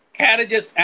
carriages